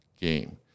game